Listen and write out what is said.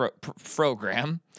program